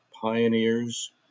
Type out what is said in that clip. pioneers